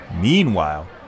Meanwhile